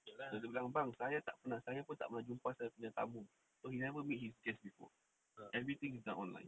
so dia bilang bang saya tak pernah saya pun tak pernah jumpa saya punya tamu so he never meet his guest before everything is done online